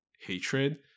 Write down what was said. hatred